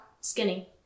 skinny